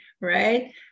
right